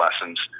lessons